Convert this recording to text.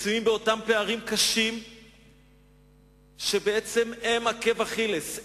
מצויים באותם פערים קשים שהם עקב אכילס,